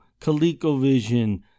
ColecoVision